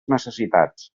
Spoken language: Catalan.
necessitats